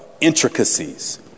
intricacies